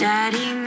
Daddy